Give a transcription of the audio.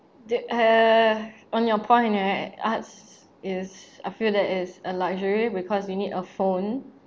the uh on your point right arts is I feel that is a luxury because you need a phone